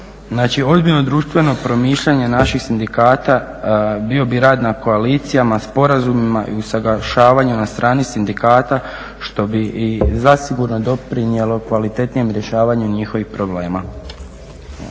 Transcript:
ozbiljno društveno promišljanje naših sindikata bio bi rad na koalicijama, sporazumima i usuglašavanju na strani sindikata, što bi zasigurno doprinijelo kvalitetnijem rješavanju njihovih problema.